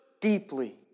deeply